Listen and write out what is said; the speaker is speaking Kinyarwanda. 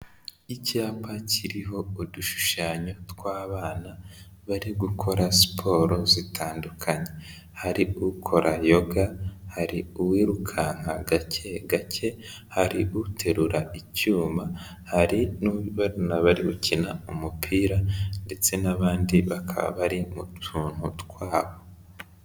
Icyapa kiriho udushushanyo tw'abana, bari gukora siporo zitandukanye, hari ukora yoga, hari uwirukanka gake gake, hari uterura icyuma, hari n'abana bari gukina umupira, ndetse n'abandi bakaba bari mu tuntu twabo.